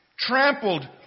trampled